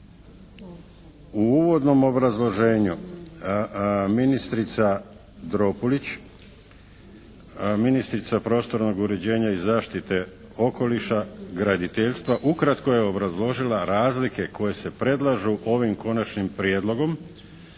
U uvodnom obrazloženju ministrica Dropulić, ministrica prostornog uređenja i zaštite okoliša, graditeljstva ukratko je obrazložila razlike koje se predlažu ovim Konačnim prijedlogom